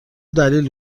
دلیل